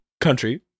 Country